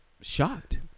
shocked